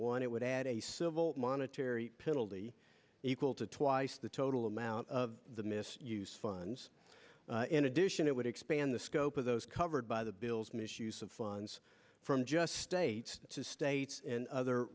one it would add a civil monetary penalty equal to twice the total amount of the misuse funds in addition it would expand the scope of those covered by the bills misuse of funds from just states states and other